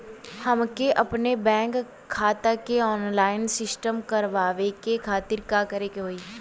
हमके अपने बैंक खाता के ऑनलाइन सिस्टम करवावे के खातिर का करे के होई?